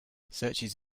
searches